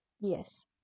Yes